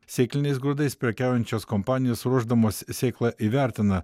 sėkliniais grūdais prekiaujančios kompanijos ruošdamos sėklą įvertina